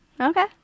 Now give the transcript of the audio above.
Okay